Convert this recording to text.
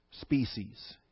species